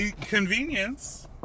convenience